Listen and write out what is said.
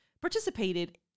participated